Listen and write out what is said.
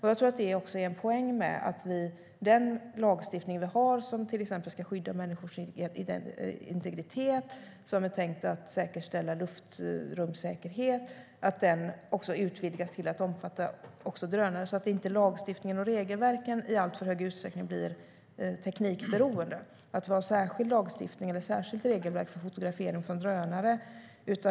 Det är en poäng med att den lagstiftning vi har, som till exempel ska skydda människors integritet och säkerställa luftrumssäkerhet, utvidgas till att omfatta drönare, så att lagstiftningen och regelverken inte i alltför hög utsträckning blir teknikberoende och vi får en särskild lagstiftning eller ett särskilt regelverk för fotografering från drönare.